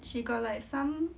she got like some